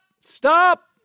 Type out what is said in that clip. stop